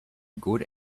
good